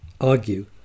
argue